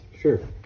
Sure